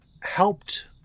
helped